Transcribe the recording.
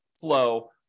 flow